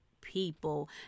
people